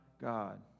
God